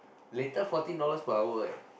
later fourteen dollars per hour leh